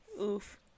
Oof